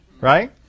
Right